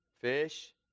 Fish